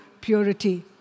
purity